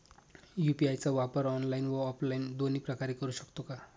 UPI चा वापर online व ऑफलाईन दोन्ही प्रकारे करु शकतो का?